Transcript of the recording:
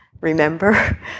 remember